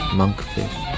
monkfish